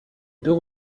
deux